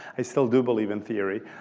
i still do believe in theory.